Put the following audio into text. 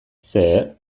zer